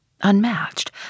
unmatched